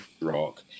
Rock